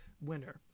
winner